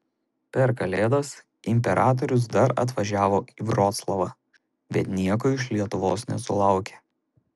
per kalėdas imperatorius dar atvažiavo į vroclavą bet nieko iš lietuvos nesulaukė